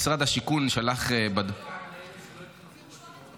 משרד השיכון שלח --- רק לאלה שלא --- בדיוק.